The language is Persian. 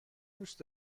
دوست